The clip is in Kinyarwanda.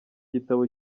gitabo